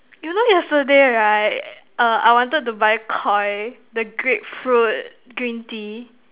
you know yesterday right err I wanted to buy koi the grapefruit green tea